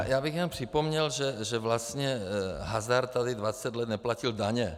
Já bych jenom připomněl, že vlastně hazard tady dvacet let neplatil daně.